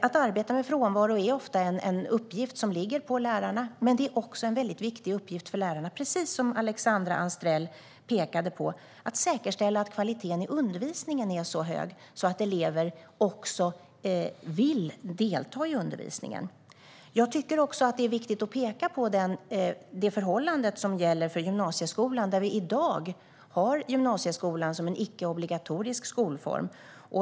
Att arbeta med frånvaro är ofta en uppgift som ligger på lärarna, men det är också en viktig uppgift för lärarna, precis som Alexandra Anstrell pekade på, att säkerställa att kvaliteten i undervisningen är så hög att elever också vill delta i undervisningen. Jag tycker också att det är viktigt att peka på det förhållande som gäller för gymnasieskolan i dag som en icke obligatorisk skolform.